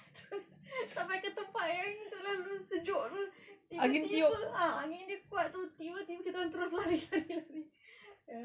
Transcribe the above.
terus sampai ke tempat yang terlalu sejuk tu tiba-tiba ah angin dia kuat tu tiba-tiba kita orang terus lari lari lari eh